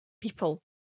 people